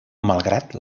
malgrat